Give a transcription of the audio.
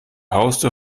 haustür